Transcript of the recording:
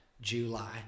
July